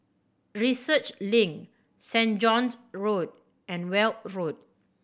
Research Link Saint John's Road and Weld Road